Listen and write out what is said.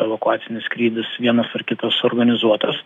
evakuacinis skrydis vienas ar kitas suorganizuotas